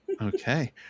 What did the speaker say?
Okay